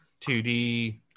2d